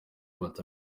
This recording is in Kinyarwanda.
but